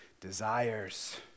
desires